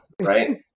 right